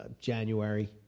January